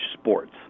sports